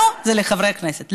לנו זה לחברי הכנסת,